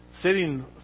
Sitting